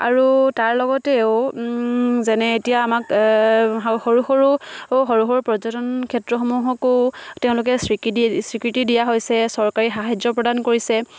আৰু তাৰ লগতেও যেনে এতিয়া আমাক সৰু সৰু সৰু সৰু পৰ্যটন ক্ষেত্ৰসমূহকো তেওঁলোকে স্বীকৃতি দিয়া হৈছে চৰকাৰী সাহাৰ্য প্ৰদান কৰিছে